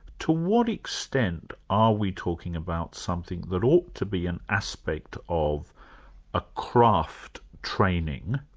to what extent are we talking about something that ought to be an aspect of a craft training,